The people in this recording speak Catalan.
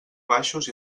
baixos